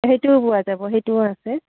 সেইটোও পোৱা যাব সেইটোও আছে